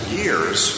years